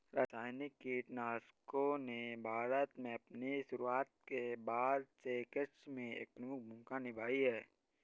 रासायनिक कीटनाशकों ने भारत में अपनी शुरूआत के बाद से कृषि में एक प्रमुख भूमिका निभाई हैं